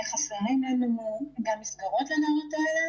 זה שחסרים לנו מסגרות לנערות האלו